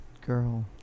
Girl